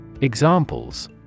Examples